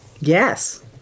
Yes